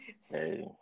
Hey